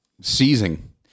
seizing